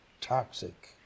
toxic